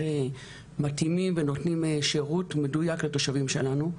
מתאימים ונותנים שירות מדויק לתושבים שלנו.